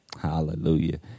Hallelujah